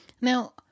Now